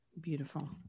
Beautiful